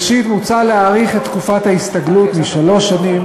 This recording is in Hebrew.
ראשית, מוצע להאריך את תקופת ההסתגלות משלוש שנים